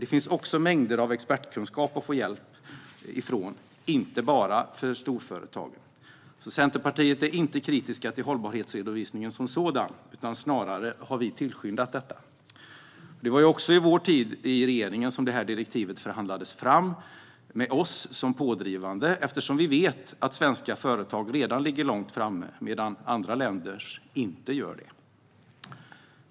Det finns också mängder av expertkunskap och hjälp att få, inte bara för storföretagen. Centerpartiet är inte kritiskt till hållbarhetsredovisningen som sådan, utan vi har snarare tillskyndat detta. Det var också under vår tid i regeringen som detta direktiv förhandlades fram. Vi var pådrivande, eftersom vi vet att svenska företag redan ligger långt framme medan andra länders företag inte gör det.